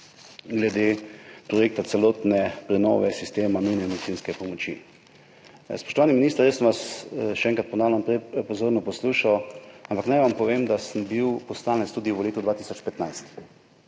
glede projekta celotne prenove sistema nujne medicinske pomoči. Spoštovani minister, jaz sem vas, še enkrat ponavljam, prej pozorno poslušal, ampak naj vam povem, da sem bil poslanec tudi v letu 2015.